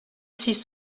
six